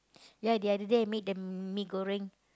ya the other day I make the mee-goreng